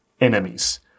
enemies